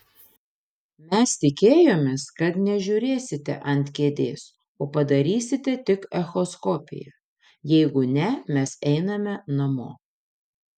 mes tikėjomės kad nežiūrėsite ant kėdės o padarysite tik echoskopiją jeigu ne mes einame namo